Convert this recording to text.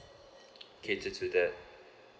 cater to that